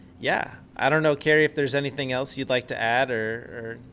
yeah. i donno, carrie, if there's anything else you'd like to add or